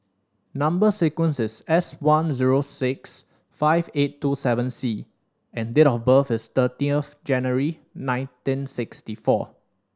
number sequence is S one zero six five eight two seven C and date of birth is thirteenth January nineteen sixty four